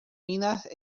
minas